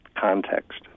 context